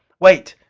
wait,